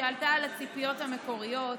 שעלתה על הציפיות המקוריות,